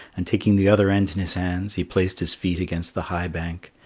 and taking the other end in his hands, he placed his feet against the high bank,